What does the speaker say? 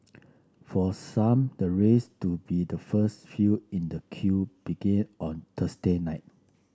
for some the race to be the first few in the queue began on Thursday night